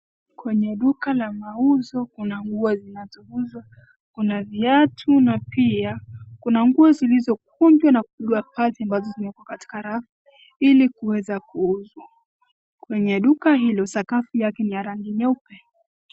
Kwenye duka la mauzo kuna nguo zinazouzwa, kuna viatu na pia kuna nguo zilizokunjwa na kupigwa pasi ambazo zimewekwa katika rafa ili kuweza kuuzwa. Kwenye duka hilo sakafu yake ni ya rangi nyeupe.